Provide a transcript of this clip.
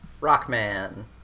Rockman